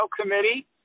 Committee